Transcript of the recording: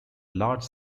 large